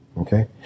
Okay